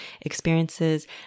experiences